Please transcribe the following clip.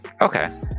okay